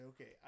okay